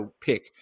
pick